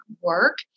work